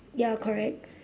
ya correct